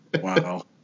Wow